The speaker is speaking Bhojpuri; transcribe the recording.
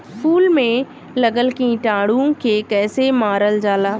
फूल में लगल कीटाणु के कैसे मारल जाला?